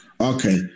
Okay